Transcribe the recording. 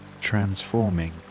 transforming